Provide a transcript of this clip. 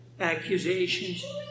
Accusations